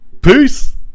Peace